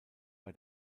bei